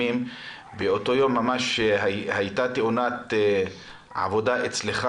באותו יום ממש הייתה תאונת עבודה אצלך